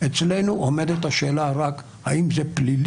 הצבעתי על העובדה שאין לכך תקדים,